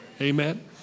Amen